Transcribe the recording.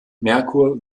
merkur